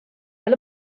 fel